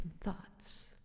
thoughts